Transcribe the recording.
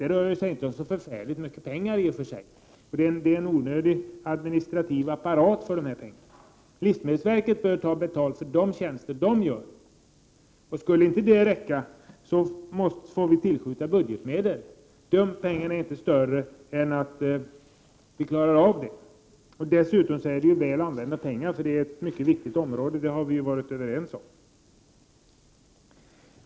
Det rör sig i och för sig inte om så särskilt mycket pengar, men det är en onödig administrativ apparat. Livsmedelsverket bör ta betalt för de tjänster som livsmedelsverket utför. Skulle inte pengarna räcka får vi tillskjuta budgetmedel. Det är inte mer än vad vi klarar av. Dessutom är det väl använda pengar, eftersom vi är överens om att det är ett viktigt område.